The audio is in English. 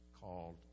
called